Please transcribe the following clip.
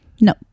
No